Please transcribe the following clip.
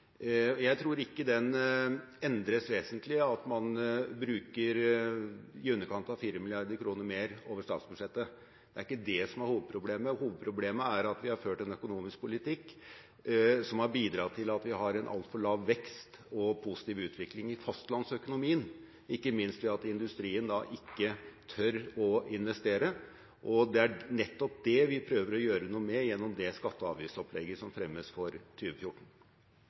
økonomi. Jeg tror ikke den endres vesentlig av at man bruker i underkant av 4 mrd. kr mer over statsbudsjettet. Det er ikke det som er hovedproblemet. Hovedproblemet er at vi har ført en økonomisk politikk som har bidratt til at vi har en altfor lav vekst med tanke på positiv utvikling i fastlandsøkonomien, ikke minst fordi industrien ikke tør å investere. Det er nettopp det vi prøver å gjøre noe med gjennom det skatte- og avgiftsopplegget som fremmes for